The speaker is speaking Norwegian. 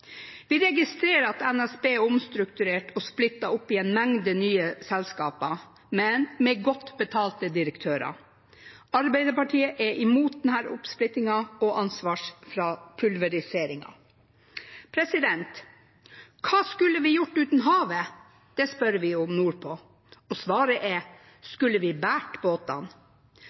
Vi registrerer at NSB er omstrukturert og splittet opp i en mengde nye selskaper – men med godt betalte direktører. Arbeiderpartiet er imot denne oppsplittingen og ansvarspulveriseringen. Hva skulle vi gjort uten havet? Det spør vi om nordpå, og svaret er: Skulle vi båret båtene?